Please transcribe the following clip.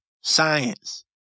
Science